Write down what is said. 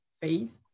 faith